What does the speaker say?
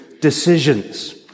decisions